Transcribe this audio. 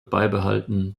beibehalten